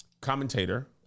commentator